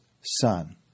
Son